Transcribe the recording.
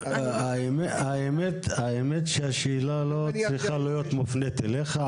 האמת שהשאלה לא צריכה להיות מופנית אליך,